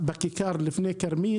בכיכר לפני כרמית